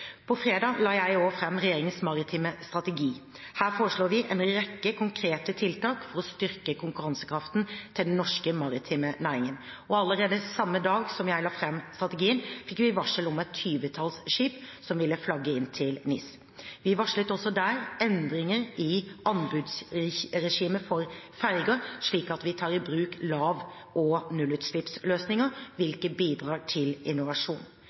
På fredag la jeg fram regjeringens maritime strategi. Her foreslår vi en rekke konkrete tiltak for å styrke konkurransekraften til den norske maritime næringen. Allerede samme dag som jeg la fram strategien, fikk vi varsel om et tyvetalls skip som vil flagges inn til NIS. Vi varslet også der endringer i anbudsregimet for ferger, slik at vi tar i bruk lav- og nullutslippsløsninger, hvilket bidrar til innovasjon.